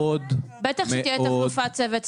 --- בטח שתהיה תחלופה גבוהה של צוות,